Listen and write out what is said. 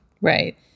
Right